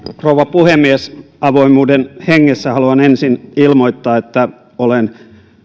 rouva puhemies avoimuuden hengessä haluan ensin ilmoittaa että olen